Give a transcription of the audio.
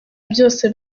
byose